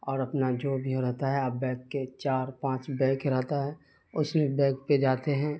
اور اپنا جو بھی وہ رہتا ہے اب بیک کے چار پانچ بیک ہی رہتا ہے اس میں بیک پہ جاتے ہیں